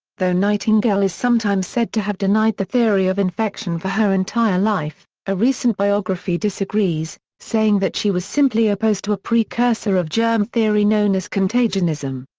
though nightingale is sometimes said to have denied the theory of infection for her entire life, a recent biography disagrees, saying that she was simply opposed to a precursor of germ theory known as contagionism.